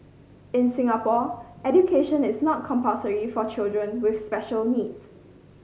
in Singapore education is not compulsory for children with special needs